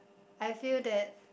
I feel that